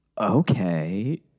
okay